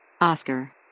Oscar